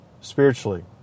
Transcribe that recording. spiritually